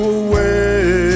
away